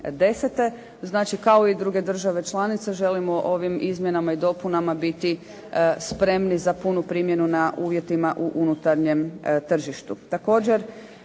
Znači, kao i druge države članice želimo ovim izmjenama i dopunama biti spremni za punu primjenu na uvjetima u unutarnjem tržištu.